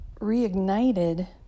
reignited